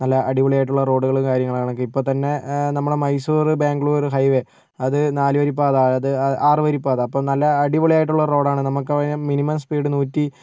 അടിപൊളി ആയിട്ടുള്ള റോഡുകളും കാര്യങ്ങളുമാണ് ഇപ്പം തന്നെ നമ്മളുടെ മൈസൂർ ബേംഗളൂർ ഹൈ വേ അത് നാലുവരി പാത അതായത് ആറുവരി പാത അപ്പം നല്ല അടിപൊളി ആയിട്ടുള്ള റോഡാണ് നമുക്ക് അത് മിനിമം സ്പീഡ് നൂറ്റി